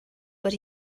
but